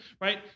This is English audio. right